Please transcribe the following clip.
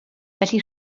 felly